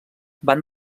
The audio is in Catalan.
van